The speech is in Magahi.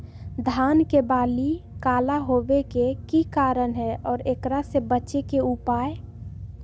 धान के बाली काला होवे के की कारण है और एकरा से बचे के उपाय?